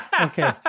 okay